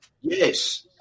Yes